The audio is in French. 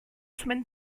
semaine